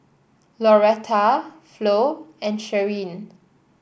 Lauretta Flo and Sherlyn